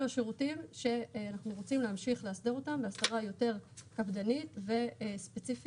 אלו שירותים שאנחנו רוצים להמשיך לאסדר אותם באסדרה יותר קפדנית וספציפית